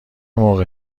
موقع